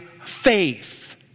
faith